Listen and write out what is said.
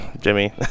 Jimmy